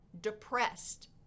depressed